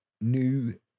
new